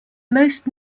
most